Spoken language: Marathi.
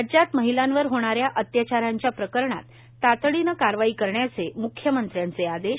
राज्यात महिलांवर होणाऱ्या अत्याचारांच्या प्रकरणात तातडीनं कारवाई करण्याचे मुख्यमंत्र्यांचे आदेश